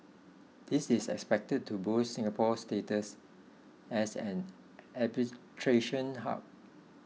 this is expected to boost Singapore's status as an arbitration hub